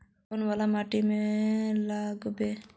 कौन वाला माटी में लागबे?